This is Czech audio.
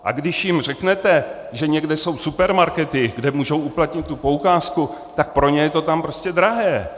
A když jim řeknete, že někde jsou supermarkety, kde můžou uplatnit tu poukázku, tak pro ně je to tam prostě drahé.